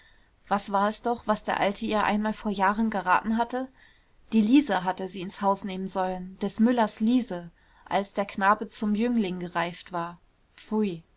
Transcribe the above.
was war es doch was der alte ihr einmal vor jahren geraten hatte die liese hatte sie ins haus nehmen sollen des müllers liese als der knabe zum jüngling gereift war pfui